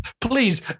Please